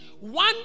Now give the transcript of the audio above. one